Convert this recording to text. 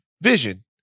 Vision